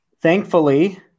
Thankfully